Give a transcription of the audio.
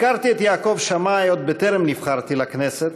הכרתי את יעקב שמאי עוד בטרם נבחרתי לכנסת,